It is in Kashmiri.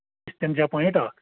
اِستینجا پوینٹ اکھ